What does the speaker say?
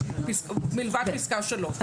מלבד פסקה (3).